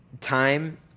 time